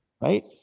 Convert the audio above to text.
right